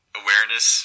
awareness